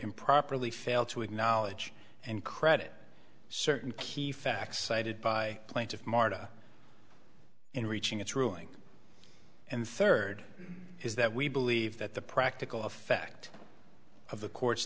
improperly failed to acknowledge and credit certain key facts cited by plaintiff martha in reaching its ruling and third is that we believe that the practical effect of the court's